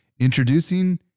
Introducing